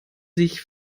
sich